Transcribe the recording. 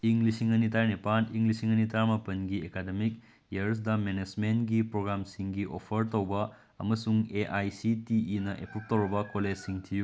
ꯏꯪ ꯂꯤꯁꯤꯡ ꯑꯅꯤ ꯇꯔꯥꯅꯤꯄꯥꯟ ꯏꯪ ꯂꯤꯁꯤꯡ ꯑꯅꯤ ꯇꯔꯥꯃꯥꯄꯟꯒꯤ ꯑꯦꯀꯥꯗꯃꯤꯛ ꯏꯌꯥꯔꯗ ꯃꯦꯅꯦꯖꯃꯦꯟꯒꯤ ꯄ꯭ꯔꯣꯒ꯭ꯔꯥꯝꯁꯤꯡꯒꯤ ꯑꯣꯐꯔ ꯇꯧꯕ ꯑꯃꯁꯨꯡ ꯑꯦ ꯑꯥꯏ ꯁꯤ ꯇꯤ ꯏꯅ ꯑꯦꯄ꯭ꯔꯨꯞ ꯇꯧꯔꯕ ꯀꯣꯂꯦꯖꯁꯤꯡ ꯊꯤꯌꯨ